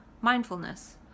mindfulness